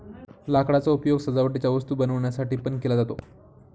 लाकडाचा उपयोग सजावटीच्या वस्तू बनवण्यासाठी पण केला जातो